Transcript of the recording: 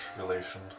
relation